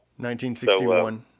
1961